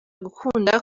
gukunda